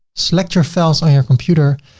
select your files on your computer.